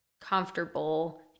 comfortable